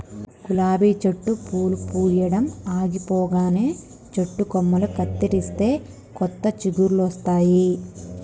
గులాబీ చెట్టు పూలు పూయడం ఆగిపోగానే చెట్టు కొమ్మలు కత్తిరిస్తే కొత్త చిగురులొస్తాయి